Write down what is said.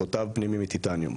תותב פנימי מטיטניום,